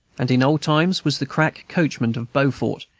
and in old times was the crack coachman of beaufort,